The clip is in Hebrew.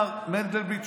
מר מנדלבליט,